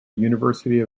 university